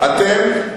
אתם,